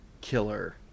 killer